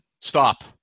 Stop